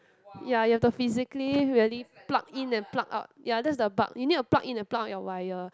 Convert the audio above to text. ya you have to physically really pluck in and pluck out ya there's a bug you need to pluck in and pluck out your wire